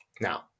Now